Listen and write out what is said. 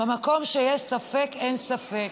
במקום שיש ספק, אין ספק.